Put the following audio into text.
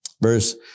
Verse